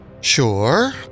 Sure